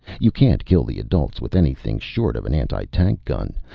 you can't kill the adults with anything short of an anti-tank gun,